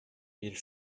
mille